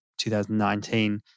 2019